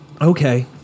okay